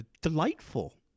Delightful